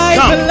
come